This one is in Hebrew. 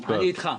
יותר,